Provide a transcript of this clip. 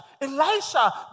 Elisha